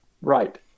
right